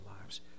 lives